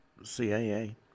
CAA